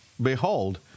Behold